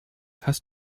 hast